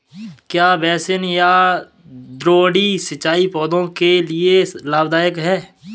क्या बेसिन या द्रोणी सिंचाई पौधों के लिए लाभदायक है?